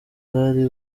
bwari